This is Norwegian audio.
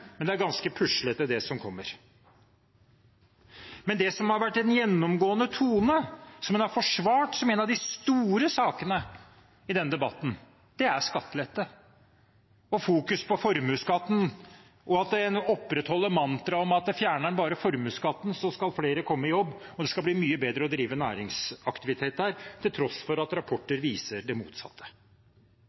Men det er ganske puslete, det som kommer. Det som har vært en gjennomgående tone, som en har forsvart som en av de store sakene i denne debatten, er skattelette og fokusering på formuesskatten, og en opprettholder mantraet om at fjerner en bare formuesskatten, skal flere komme i jobb og det skal bli mye bedre å drive næringsaktivitet – til tross for at rapporter viser det motsatte.